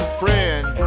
friend